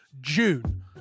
June